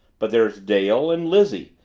but there's dale and lizzie.